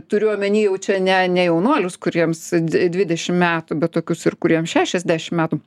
turiu omeny jau čia ne ne jaunuolius kuriems d dvidešim metų bet tokius ir kuriems šešiasdešim metų